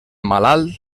malalt